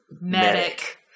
medic